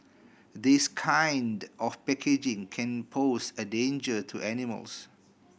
this kind of packaging can pose a danger to animals